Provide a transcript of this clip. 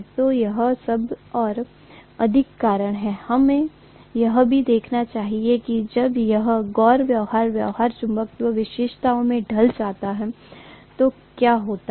तो यह सब और अधिक कारण है हमें यह भी देखना चाहिए कि जब यह गैर व्यवहार व्यवहार चुंबकत्व विशेषताओं में ढल जाता है तो क्या होता है